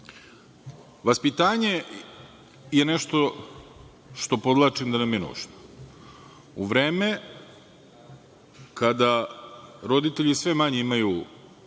istima. Vaspitanje je nešto što podvlačim da nam je nužno. U vreme kada roditelji sve manje imaju